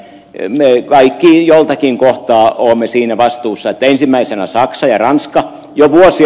emme ole vain joitakin käyttää olemisiin vastuussa ensimmäisen osakseen ranska joutuisi